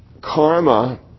karma